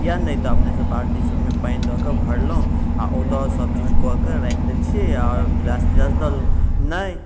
या नहि तऽ अपने सँ बाल्टी सबमे पानि लऽके भरलौं आ ओतऽ सब चीज कऽ के राखि दै छियै आओर गिलास तिलास लऽ लेलहुॅं नहि तऽ